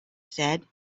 said